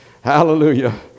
Hallelujah